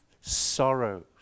sorrows